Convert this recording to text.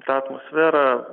tą atmosferą